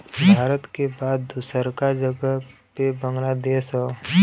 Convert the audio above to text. भारत के बाद दूसरका जगह पे बांग्लादेश हौ